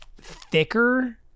Thicker